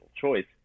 choice